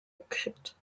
gekriegt